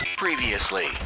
previously